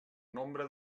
nombre